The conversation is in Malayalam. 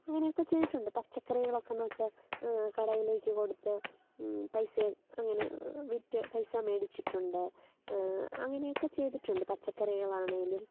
അങ്ങനെയൊക്കെ ചെയ്തിട്ടുണ്ട് പച്ചക്കറികളൊക്കെ നട്ട് കടയിലേക്ക് കൊടുത്ത് പൈസേം അങ്ങനെ വിറ്റ് പൈസ മേടിച്ചിട്ടുണ്ട് അങ്ങനെയൊക്കെ ചെയ്തിട്ടുണ്ട് പച്ചക്കറികളാണേലും